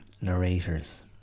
narrators